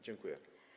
Dziękuję.